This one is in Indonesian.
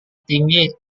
tinggi